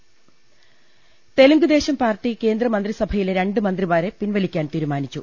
ങ്ങ ൽ തെലുങ്ക് ദേശം പാർട്ടി കേന്ദ്രമന്ത്രിസഭയിലെ രണ്ട് മന്ത്രിമാരെ പിൻവലിക്കാൻ തീരുമാനിച്ചു